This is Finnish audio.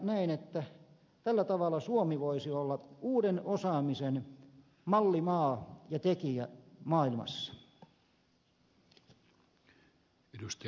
näen että tällä tavalla suomi voisi olla uuden osaamisen mallimaa ja tekijä maailmassa